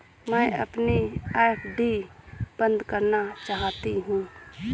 मैं अपनी एफ.डी बंद करना चाहती हूँ